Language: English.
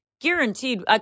guaranteed